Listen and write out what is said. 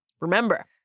remember